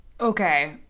Okay